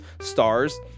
Stars